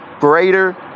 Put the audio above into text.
greater